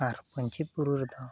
ᱟᱨ ᱯᱟᱹᱧᱪᱮᱛ ᱵᱩᱨᱩ ᱨᱮᱫᱚ